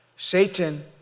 Satan